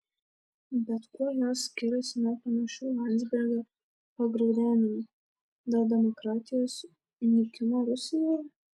bet kuo jos skiriasi nuo panašių landsbergio pagraudenimų dėl demokratijos nykimo rusijoje